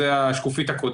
זה לא דומה,